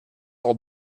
all